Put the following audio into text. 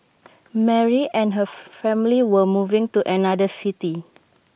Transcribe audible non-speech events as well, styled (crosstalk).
Mary and her (noise) family were moving to another city